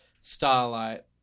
Starlight